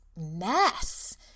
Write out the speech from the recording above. mess